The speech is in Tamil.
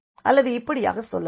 அல்லது இப்படியாக சொல்லலாம்